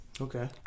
Okay